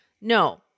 No